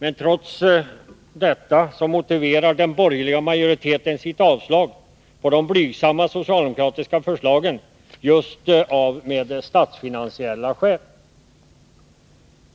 Men trots detta motiverar den borgerliga majoriteten sitt avstyrkande av de blygsamma socialdemokratiska förslagen just med statsfinansiella skäl.